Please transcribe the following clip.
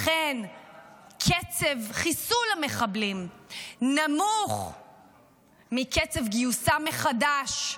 לכן קצב חיסול המחבלים נמוך מקצב גיוסים מחדש,